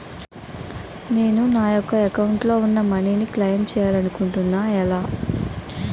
నేను నా యెక్క అకౌంట్ లో ఉన్న మనీ ను క్లైమ్ చేయాలనుకుంటున్నా ఎలా?